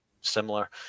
similar